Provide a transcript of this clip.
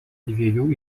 dviejų